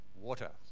water